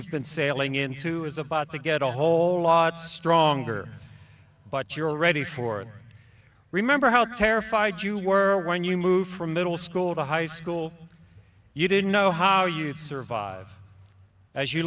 you've been sailing into is about to get a whole lot stronger but you're ready for remember how terrified you were when you moved from middle school to high school you didn't know how you'd survive as you